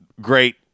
great